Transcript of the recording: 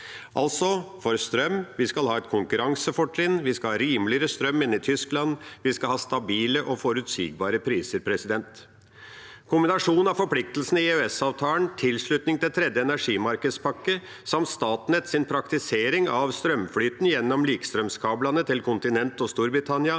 gjelder strøm, skal vi altså ha et konkurransefortrinn. Vi skal ha rimeligere strøm enn i Tyskland, og vi skal ha stabile og forutsigbare priser. Kombinasjonen av forpliktelsene i EØS-avtalen, tilslutningen til tredje energimarkedspakke samt Statnetts praktisering av strømflyten gjennom likestrømskablene til kontinentet og til Storbritannia